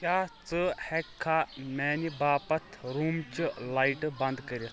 کیٛاہ ژٕ ہیٚکہِ کھا میانہِ باپتھ رومچہِ لایٹہٕ بند کٔرِتھ